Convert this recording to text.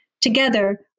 Together